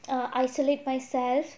err isolate myself